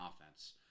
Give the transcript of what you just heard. offense